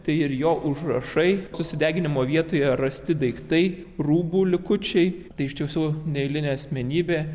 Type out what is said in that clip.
tai ir jo užrašai susideginimo vietoje rasti daiktai rūbų likučiai tai iš tiesų neeilinė asmenybė